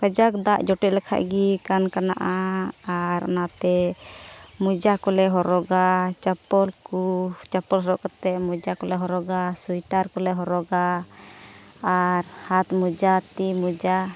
ᱠᱟᱡᱟᱠ ᱫᱟᱜ ᱡᱚᱴᱮᱫ ᱞᱮᱠᱷᱟᱱ ᱜᱮ ᱠᱟᱱᱼᱠᱟᱱᱟᱜᱼᱟ ᱟᱨ ᱚᱱᱟᱛᱮ ᱢᱚᱡᱟ ᱠᱚᱞᱮ ᱦᱚᱨᱚᱜᱟ ᱪᱟᱯᱚᱞ ᱠᱚ ᱪᱟᱯᱯᱚᱞ ᱦᱚᱨᱚᱜ ᱠᱟᱛᱮᱫ ᱢᱚᱡᱟ ᱠᱚᱞᱮ ᱦᱚᱨᱚᱜᱟ ᱥᱳᱭᱮᱴᱟᱨ ᱠᱚᱞᱮ ᱦᱚᱨᱚᱜᱟ ᱟᱨ ᱦᱟᱛ ᱢᱚᱡᱟ ᱛᱤ ᱢᱚᱡᱟ